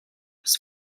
was